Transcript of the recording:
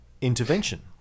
intervention